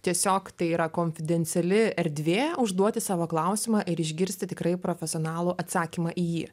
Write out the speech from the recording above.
tiesiog tai yra konfidenciali erdvė užduoti savo klausimą ir išgirsti tikrai profesionalų atsakymą į jį